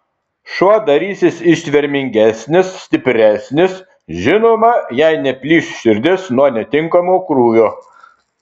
šuo darysis ištvermingesnis stipresnis žinoma jei neplyš širdis nuo netinkamo krūvio